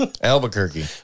Albuquerque